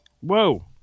Whoa